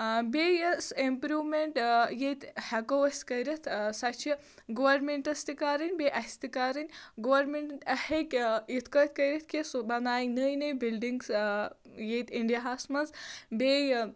بیٚیہِ یۄس اِمپرٛوٗمٮ۪نٛٹ ییٚتہِ ہٮ۪کَو أسۍ کٔرِتھ سۄ چھِ گورمِنٹَس تہِ کَرٕنۍ بیٚیہِ اَسہِ تہِ کَرٕنۍ گورمِنٹ ہٮ۪کہِ یِتھٕ پٲٹھۍ کٔرِتھ کہِ سُہ بنایہِ نٔے نٔے بُلڈِنٛگٕس آ ییٚتہِ اِنڈِیاہَس منٛز بیٚیہِ